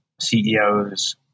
CEOs